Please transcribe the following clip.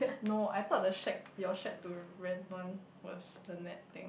no I thought the shake your shake to rent one was the net thing